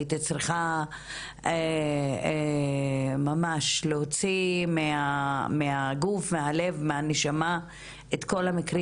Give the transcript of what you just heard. הייתי צריכה ממש להוציא מהגוף מהלב מהנשמה את כל המקרים